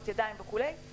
שטיפת ידיים וכולי,